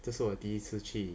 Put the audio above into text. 这是我第一次去